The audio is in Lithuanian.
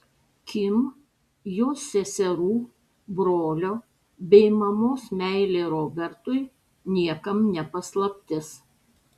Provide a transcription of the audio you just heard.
kim jos seserų brolio bei mamos meilė robertui niekam ne paslaptis